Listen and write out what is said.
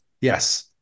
Yes